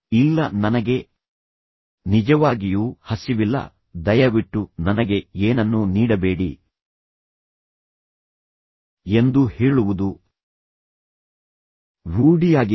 ಇಲ್ಲ ನನಗೆ ನಿಜವಾಗಿಯೂ ಹಸಿವಿಲ್ಲ ದಯವಿಟ್ಟು ನನಗೆ ಏನನ್ನೂ ನೀಡಬೇಡಿ ಎಂದು ಹೇಳುವುದು ರೂಢಿಯಾಗಿದೆ